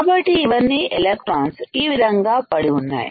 కాబట్టి ఇవన్నీ ఎలక్ట్రాన్ట్న్స్ ఈ విధంగా పడి ఉన్నాయి